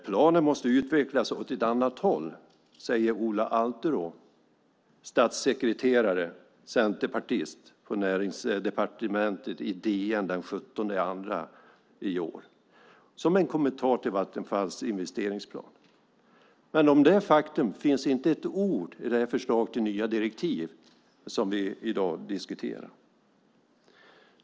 Planen måste utvecklas åt ett annat håll, säger Ola Alterå, statssekreterare på Näringsdepartementet och centerpartist, i DN den 17 februari i år som en kommentar till Vattenfalls investeringsplan. Om detta faktum finns inte ett ord i det förslag till nya direktiv som vi diskuterar i dag.